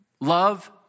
Love